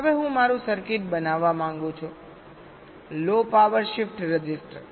હવે હું મારું સર્કિટ બનાવવા માંગું છું લો પાવર શિફ્ટ રજિસ્ટર